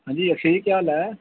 अंजी लशू जी केह् हाल ऐ